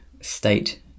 state